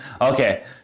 Okay